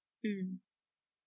mmhmm